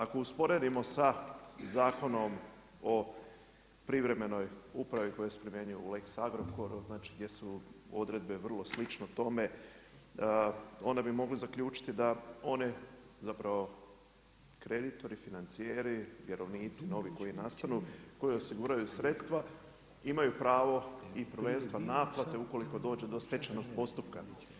Ako usporedimo sa Zakonom o privremenoj upravi koji se primjenjuje u Lex Agrokoru, znači gdje su odredbe vrlo slične tome, onda bi mogli zaključiti da one zapravo, kreditori, financijeri, vjerovnici novi koji nastanu, koji osiguraju sredstva imaju pravo prvenstva i naplate ukoliko dođe do stečajnog postupka.